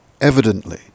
evidently